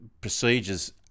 Procedures